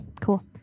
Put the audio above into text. Cool